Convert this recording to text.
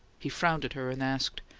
he frowned at her, and asked,